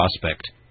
prospect